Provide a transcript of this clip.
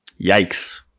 Yikes